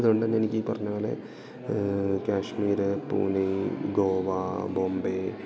അതുകൊണ്ട് തന്നെ എനിക്ക് ഈ പറഞ്ഞ പോലെ കശ്മീര് പുനെ ഗോവ ബോംബെ